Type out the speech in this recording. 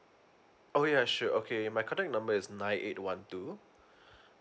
oh ya sure okay my contact number is nine eight one two